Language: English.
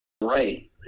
Right